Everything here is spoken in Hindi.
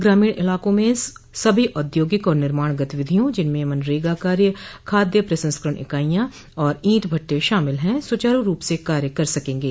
ग्रामीण इलाकों में सभी औद्योगिक और निर्माण गतिविधियों जिनमें मनरेगा कार्य खाद्य प्रसंस्करण इकाइयां और ईट भट्टे शामिल है सूचारु रूप से कार्य कर सकेंगे